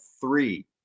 three